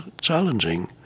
challenging